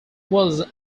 was